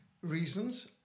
reasons